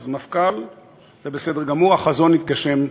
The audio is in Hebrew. אז מפכ"ל זה בסדר גמור, החזון התגשם בחלקו.